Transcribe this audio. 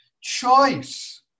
Choice